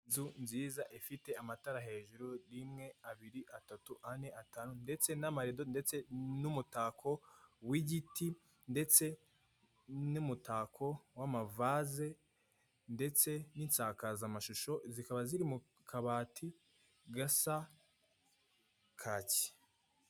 Inzu nziza ifite amatara hejuru rimwe, abiri, atatu, ane, atanu ndetse n'amarido ndetse n'umutako w'igiti ndetse n'umutako w'amavaze ndetse n'insakazamashusho zikaba ziri mu kabati gasa kaki.